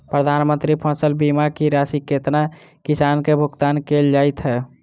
प्रधानमंत्री फसल बीमा की राशि केतना किसान केँ भुगतान केल जाइत है?